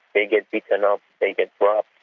they get beaten up, they get robbed.